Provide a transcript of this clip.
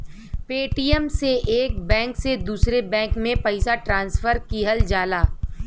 Paytm से एक bank से दूसरे बैंक में पइसा ट्रांसफर किहल जाला